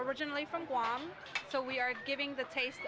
originally from guam so we are giving the taste